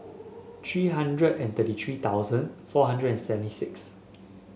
three hundred and thirty three thousand four hundred and seventy six